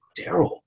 Daryl